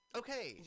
okay